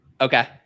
Okay